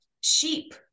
sheep